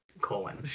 Colon